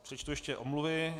Přečtu ještě omluvy.